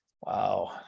Wow